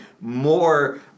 more